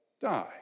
die